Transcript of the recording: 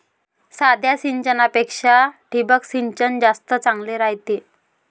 साध्या सिंचनापेक्षा ठिबक सिंचन जास्त चांगले रायते